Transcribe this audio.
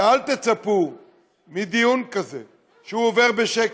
ואל תצפו מדיון כזה שהוא עובר בשקט,